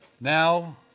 Now